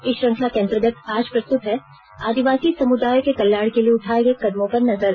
इस श्रृंखला के अंतर्गत आज प्रस्तुत है आदिवासी संमुदायों के कल्याण के लिए उठाए गए कदमों पर नजर